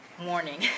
morning